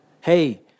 Hey